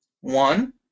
One